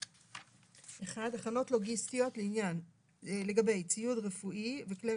הכנות לוגיסטיות לגבי ציוד רפואי וכלי